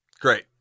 Great